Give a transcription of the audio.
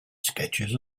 sketches